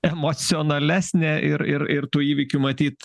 emocionalesnė ir ir ir tų įvykių matyt